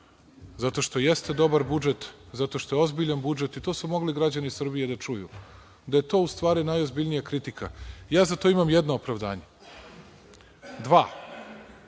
Zato što jeste dobar budžet, zato što je ozbiljan budžet i to su mogli građani Srbije da čuju, da je to u stvari najozbiljnija kritika. Ja za to imam jedno opravdanje, tj.